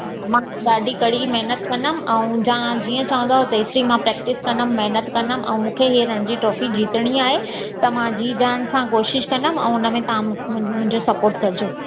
मां ॾाढी कड़ी महेनत कंदमि अऊं तां जिअं चवंदव तेस ताईं मां प्रेक्टिस कंदमि महेनत कंदमि अऊं मुखे ही रणजी ट्रॉफ़ी जितणी आहे त मां जिउ जान सां कोशिश कंदमि अऊं उन में तां मूं मुंहिंजो सपॉर्ट कजो